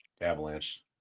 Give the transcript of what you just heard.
Avalanche